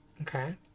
Okay